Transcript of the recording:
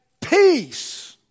peace